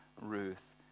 Ruth